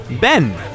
Ben